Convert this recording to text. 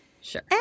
Sure